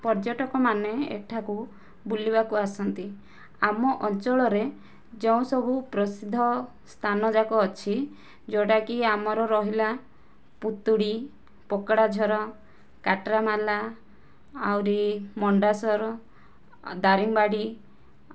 ପର୍ଯ୍ୟଟକ ମାନେ ଏଠାକୁ ବୁଲିବାକୁ ଆସନ୍ତି ଆମ ଅଞ୍ଚଳରେ ଯୋଉ ସବୁ ପ୍ରସିଦ୍ଧ ସ୍ଥାନ ଯାକ ଅଛି ଯୋଉଟାକି ଆମର ରହିଲା ପୁତୁଡ଼ି ପୋକଡ଼ା ଝର କାଟରାମାଲା ଆହୁରି ମଣ୍ଡାସୋର ଦାରିଙ୍ଗବାଡ଼ି